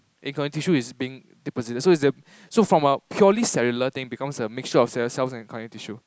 a connective tissue is being deposition so from a purely cellular thing becomes a mixture of cellular cells and connective tissue